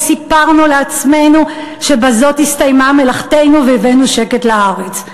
וסיפרנו לעצמנו שבזאת הסתיימה מלאכתנו והבאנו שקט לארץ.